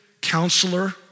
counselor